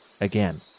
Again